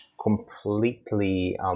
completely